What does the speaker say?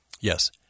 Yes